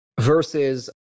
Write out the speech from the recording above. Versus